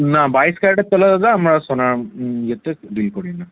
না বাইশ ক্যারেটের তলায় দাদা আমরা সোনা ইয়েতে ডিল করি না